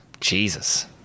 Jesus